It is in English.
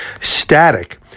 static